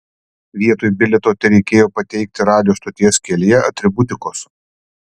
vietoj bilieto tereikėjo pateikti radijo stoties kelyje atributikos